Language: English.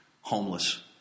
homeless